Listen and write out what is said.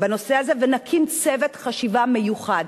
בנושא הזה, ונקים צוות חשיבה מיוחד.